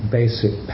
basic